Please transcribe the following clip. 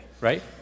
right